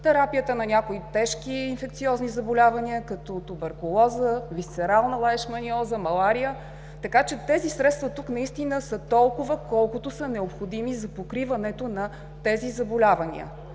терапията на някои тежки инфекциозни заболявания, като туберкулоза, висцерална лайшманиоза, малария, така че средствата наистина са толкова, колкото са необходими за покриването на тези заболявания.